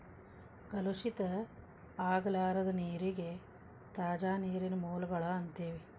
ಕಲುಷಿತ ಆಗಲಾರದ ನೇರಿಗೆ ತಾಜಾ ನೇರಿನ ಮೂಲಗಳು ಅಂತೆವಿ